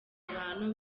abantu